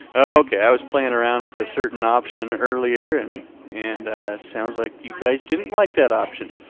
okay, i was playing around with a certain option earlier, and and sounds like you guys didn't like that option.